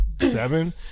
seven